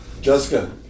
Jessica